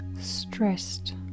stressed